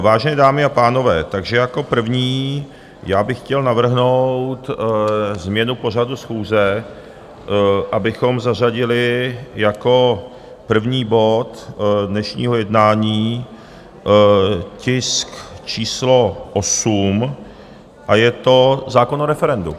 Vážené dámy a pánové, takže jako první, já bych chtěl navrhnout změnu pořadu schůze, abychom zařadili jako první bod dnešního jednání tisk číslo 8, a je to zákon o referendu.